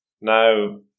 now